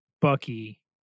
Bucky